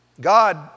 God